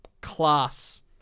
class